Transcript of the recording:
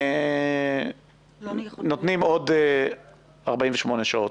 אנחנו נותנים עוד 48 שעות.